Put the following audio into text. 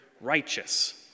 righteous